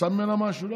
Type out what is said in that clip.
יצא ממנה משהו?